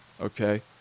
okay